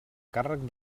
càrrec